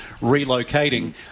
relocating